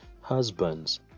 husbands